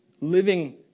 living